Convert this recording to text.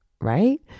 right